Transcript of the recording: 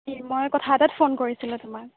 কি মই কথা এটাত ফোন কৰিছিলোঁ তোমাক